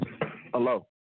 Hello